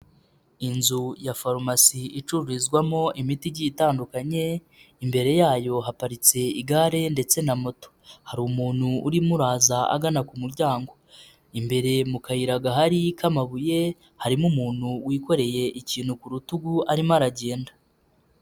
Inzu ya farumasi icururizwamo imiti igiye itandukanye, imbere yayo haparitse igare ndetse na moto. Hari umuntu urimo uraza, agana ku muryango. Imbere mu kayira gahari k'amabuye, harimo umuntu wikoreye ikintu ku rutugu arimo aragenda.